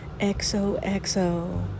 XOXO